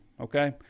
okay